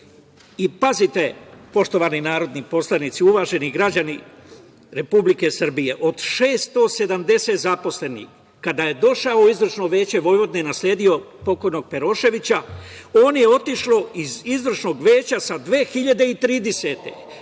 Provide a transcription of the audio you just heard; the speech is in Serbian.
I pazite, poštovani narodni poslanici, uvaženi građani Republike Srbije, od 670 zaposlenih, kada je došao u Izvršno veće Vojvodine, nasledio pokojnog Peroševića, on je otišao iz Izvršnog veća sa 2030.